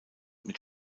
mit